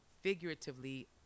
figuratively